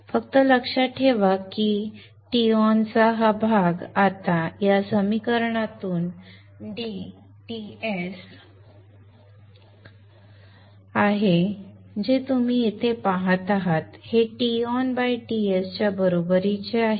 फक्त लक्षात ठेवा की Ton चा हा भाग आता या समीकरणातून dTs आहे जे तुम्ही येथे पाहत आहात हे TonTs च्या बरोबरीचे आहे